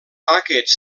aquests